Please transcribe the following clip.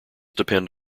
depend